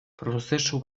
prozesu